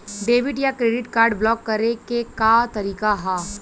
Debit या credit card block करे के का तरीका ह?